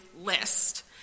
list